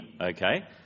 okay